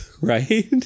right